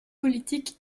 politique